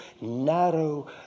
narrow